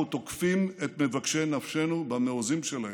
אנחנו תוקפים את מבקשי נפשנו במעוזים שלהם,